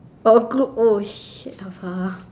a crook~ oh shit afar